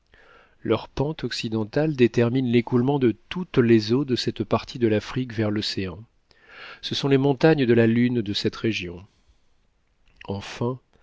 leur pente occidentale détermine l'écoulement de toutes les eaux de cette partie de l'afrique vers l'océan ce sont les montagnes de la lune de cette région enfin